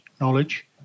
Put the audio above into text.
knowledge